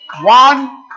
One